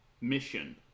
mission